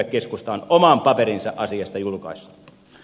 keskusta on oman paperinsa asiasta julkaissut